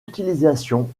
utilisations